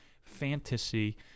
fantasy